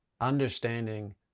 understanding